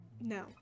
No